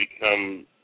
become